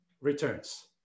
returns